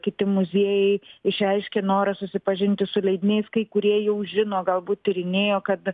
kiti muziejai išreiškė norą susipažinti su leidiniais kai kurie jau žino galbūt tyrinėjo kad